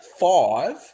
five